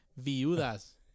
Viudas